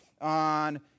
on